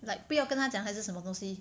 like 不要跟他讲还是什么东西